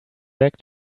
back